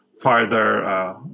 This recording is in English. further